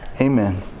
Amen